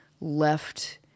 left